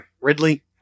Ridley